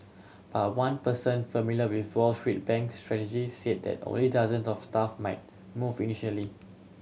but one person familiar with Wall Street bank's strategy said that only dozens of staff might move initially